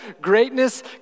greatness